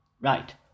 Right